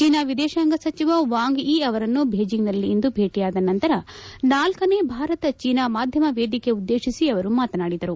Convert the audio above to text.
China ವಿದೇಶಾಂಗ ಸಚಿವ Wang Yi ಅವರನ್ನು ಬೀಚಿಂಗ್ನಲ್ಲಿಂದು ಭೇಟಿಯಾದ ನಂತರ ನಾಲ್ನನೆ ಭಾರತ ಚೀನಾ ಮಾಧ್ಯಮ ವೇದಿಕೆ ಉದ್ಲೇಶಿಸಿ ಅವರು ಮಾತನಾಡಿದರು